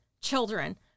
children